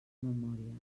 memòries